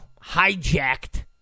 hijacked